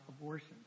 abortion